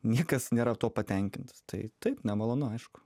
niekas nėra tuo patenkintas tai taip nemalonu aišku